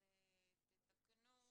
אז תתקנו.